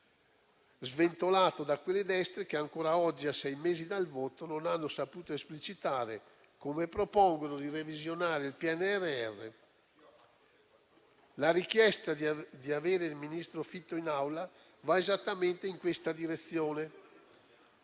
sventolato da quelle destre che ancora oggi, a sei mesi dal voto, non hanno saputo esplicitare, come propongono, di revisionare il PNRR. E la richiesta di avere il ministro Fitto in Aula va esattamente in questa direzione,